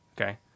Okay